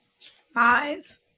Five